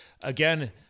Again